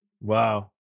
wow